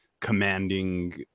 commanding